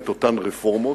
את אותן רפורמות,